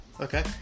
Okay